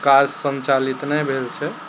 काज सञ्चालित नहि भेल छै